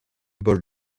bol